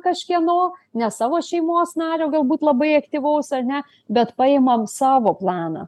kažkieno ne savo šeimos nario galbūt labai aktyvaus ar ne bet paimam savo planą